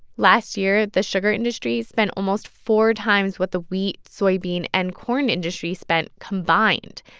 last year, the sugar industry spent almost four times what the wheat, soybean and corn industry spent combined.